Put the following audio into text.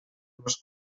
los